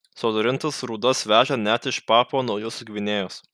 sodrintas rūdas veža net iš papua naujosios gvinėjos